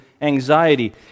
anxiety